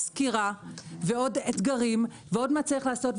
סקירה ועוד אתגרים, ועוד מה צריך לעשות.